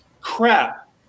crap